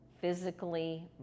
physically